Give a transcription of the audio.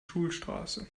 schulstraße